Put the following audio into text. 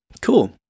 Cool